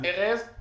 את